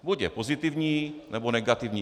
Buď je pozitivní, nebo negativní.